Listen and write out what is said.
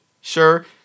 sure